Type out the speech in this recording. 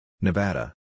Nevada